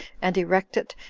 and erect it,